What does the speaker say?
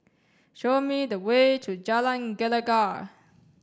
show me the way to Jalan Gelegar